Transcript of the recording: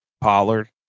Pollard